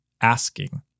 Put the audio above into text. asking